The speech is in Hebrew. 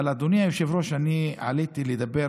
אבל אדוני היושב-ראש, אומנם אני עליתי לדבר,